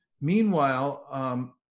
Meanwhile